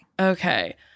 Okay